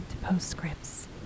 postscripts